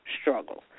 struggle